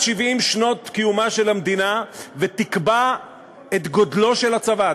70 שנות קיומה של המדינה ותקבע את גודלו של הצבא,